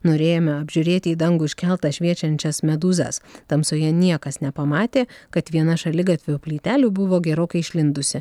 norėjome apžiūrėti į dangų iškeltas šviečiančias medūzas tamsoje niekas nepamatė kad viena šaligatvio plytelių buvo gerokai išlindusi